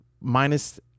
minus